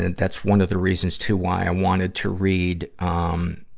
and that's one of the reasons, too, why i wanted to read, um,